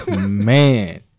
Man